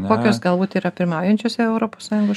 kokios galbūt yra pirmaujančiose europos sąjungos